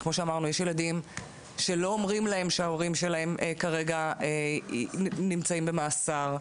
כי כמו שאמרנו יש ילדים שלא אומרים להם שההורים שלהם כרגע נמצאים במאסר,